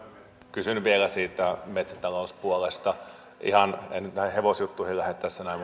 kysyn vielä siitä metsätalouspuolesta ihan en näihin hevosjuttuihin lähde tässä näin